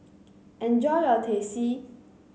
enjoy your Teh C